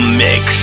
mix